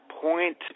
point